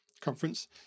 conference